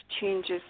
changes